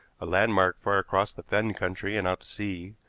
a landmark far across the fen country and out to sea,